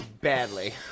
badly